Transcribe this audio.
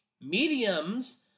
Mediums